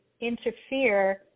interfere